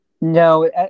No